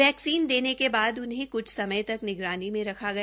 vaccine देने के बाद उन्हें क्छ समय तक निगरानी में रखा गया